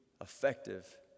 effective